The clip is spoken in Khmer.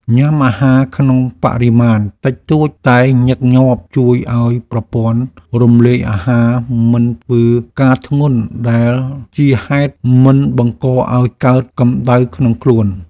ញ៉ាំអាហារក្នុងបរិមាណតិចតួចតែញឹកញាប់ជួយឱ្យប្រព័ន្ធរំលាយអាហារមិនធ្វើការធ្ងន់ដែលជាហេតុមិនបង្កឱ្យកើតកម្តៅក្នុងខ្លួន។